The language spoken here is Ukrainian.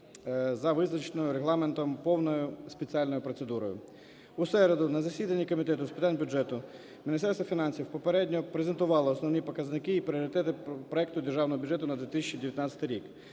за визначеною Регламентом повною спеціальною процедурою. В середу на засіданні Комітет з питань бюджету Міністерство фінансів попередньо презентувало основні показники і пріоритети проекту Державного бюджету на 2019 рік.